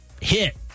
hit